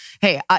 hey